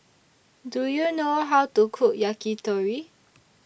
Do YOU know How to Cook Yakitori